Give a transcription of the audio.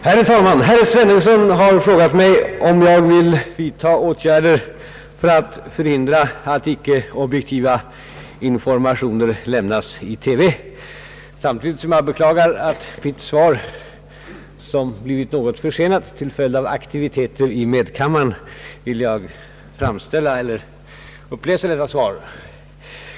Herr talman! Herr Svenungsson har frågat mig, om jag vill vidta åtgärder för att förhindra att icke objektiva informationer lämnas i TV. Samtidigt som jag beklagar att mitt svar blivit något försenat på grund av aktivitet i medkammaren, vill jag uppläsa detta svar.